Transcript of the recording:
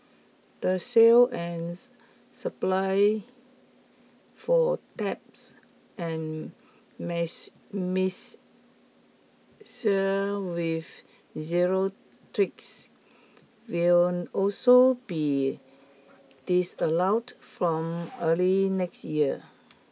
the sale and supply for taps and mixers with zero tricks will also be disallowed from early next year